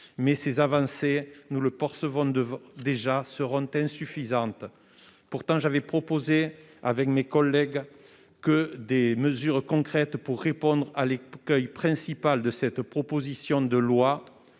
Mais ces avancées, nous le percevons déjà, seront insuffisantes. J'avais pourtant proposé, avec mes collègues, que des mesures concrètes soient prises pour répondre à l'écueil principal de cette proposition de loi